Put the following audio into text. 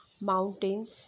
mountains